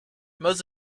most